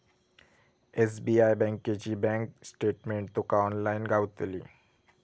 SBI बँकेची bank statement तुका online गावतली